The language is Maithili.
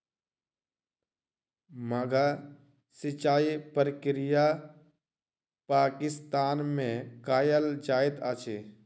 माद्दा सिचाई प्रक्रिया पाकिस्तान में कयल जाइत अछि